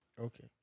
Okay